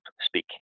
speak